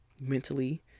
Mentally